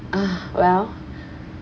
ah well